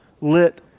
lit